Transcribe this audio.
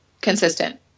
Consistent